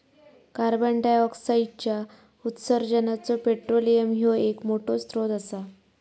कार्बंडाईऑक्साईडच्या उत्सर्जानाचो पेट्रोलियम ह्यो एक मोठो स्त्रोत असा